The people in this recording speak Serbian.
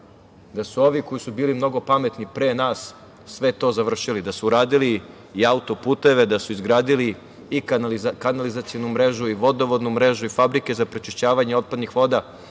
da su ovi koji su bili mnogo pametni pre nas sve to završili, da su uradili i autoputeve, da su izgradili i kanalizacionu mrežu i vodovodnu mrežu, i fabrike za prečišćavanje otpadnih voda.